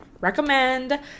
recommend